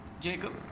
Jacob